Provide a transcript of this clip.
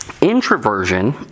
Introversion